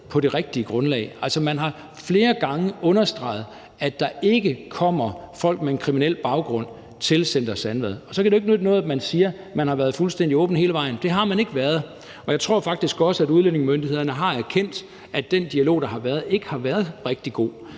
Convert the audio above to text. på det rigtige grundlag. Altså, man har flere gange understreget, at der ikke kommer folk med en kriminel baggrund til Center Sandvad, og så kan det jo ikke nytte noget, at man siger, at man har været fuldstændig åben hele vejen. Det har man ikke været, og jeg tror faktisk også, at udlændingemyndighederne har erkendt, at den dialog, der har været, ikke har været rigtig god,